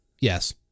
Yes